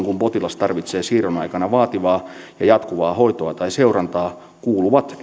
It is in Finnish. kun potilas tarvitsee siirron aikana vaativaa ja jatkuvaa hoitoa tai seurantaa kuuluvat ensihoitopalveluun